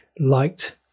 liked